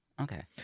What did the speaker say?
Okay